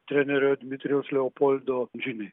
trenerio dmitrijaus leopoldo žiniai